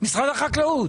משרד החקלאות.